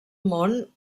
món